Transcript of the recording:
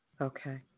Okay